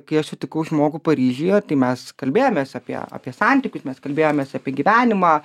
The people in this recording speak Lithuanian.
kai aš sutikau žmogų paryžiuje tai mes kalbėjomės apie apie santykius mes kalbėjomės apie gyvenimą